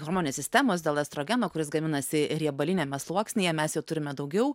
hormonės sistemos dėl estrogeno kuris gaminasi riebaliniame sluoksnyje mes jo turime daugiau